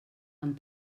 amb